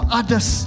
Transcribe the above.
others